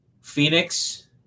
Phoenix